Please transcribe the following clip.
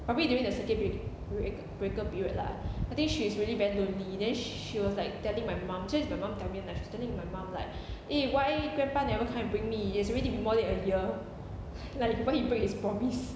probably during the circuit break break breaker period lah I think she's really very lonely then she was like telling my mum actually it's my mum tell me lah she's telling my mum like eh why grandpa never come and bring me it's already more than a year like why he break his promise